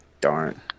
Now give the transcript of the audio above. Darn